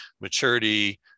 maturity